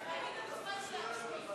ואני גם הצבעתי לעצמי.